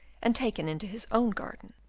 and taken into his own garden.